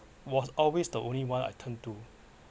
was always the only one I turn to